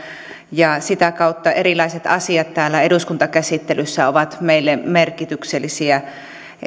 ja sitä kautta erilaiset asiat täällä eduskuntakäsittelyssä ovat meille merkityksellisiä